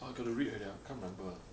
I got to read already ah I can't remember